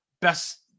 best